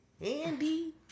Andy